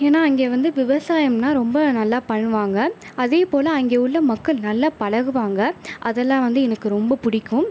ஏன்னால் இங்கே வந்து விவசாயம்னா ரொம்ப நல்லா பண்ணுவாங்க அதே போல் அங்கே உள்ள மக்கள் நல்லா பழகுவாங்க அதெலாம் வந்து எனக்கு ரொம்ப பிடிக்கும்